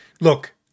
Look